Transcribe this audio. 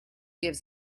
gives